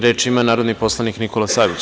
Reč ima narodni poslanik Nikola Savić.